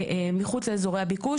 מחוץ לאזורי הביקוש.